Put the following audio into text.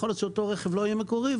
ייתכן שאותו רכב לא יהיה מקורי,